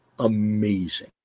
Amazing